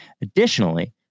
Additionally